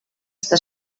està